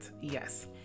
yes